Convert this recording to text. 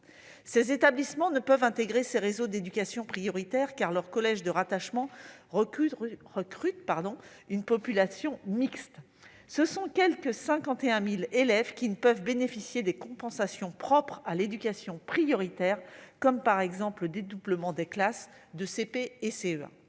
Ces établissements ne peuvent intégrer ces réseaux d'éducation prioritaire, car leur collège de rattachement recrute une population mixte. Ce sont donc quelque 51 000 élèves qui ne peuvent bénéficier des compensations propres à l'éducation prioritaire, par exemple le dédoublement des classes de CP et de